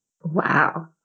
Wow